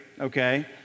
Okay